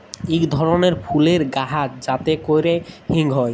ইক ধরলের ফুলের গাহাচ যাতে ক্যরে হিং হ্যয়